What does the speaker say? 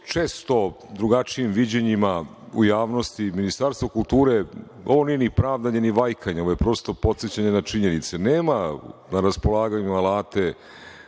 često drugačijim viđenjima u javnosti, Ministarstvo kulture, ovo nije ni pravdanje ni vajkanje, ovo je prosto podsećanje na činjenice, nema na raspolaganju alate,